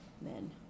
men